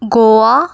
Goa